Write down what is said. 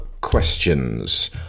Questions